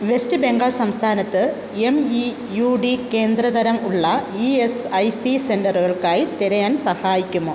west Bengal സംസ്ഥാനത്ത് M E U D കേന്ദ്ര തരം ഉള്ള ഇ എസ് ഐ സി സെൻ്ററുകൾക്കായി തിരയാൻ സഹായിക്കുമോ